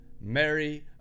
Mary